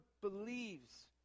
believes